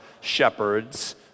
shepherds